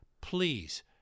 please